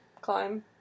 Climb